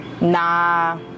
Nah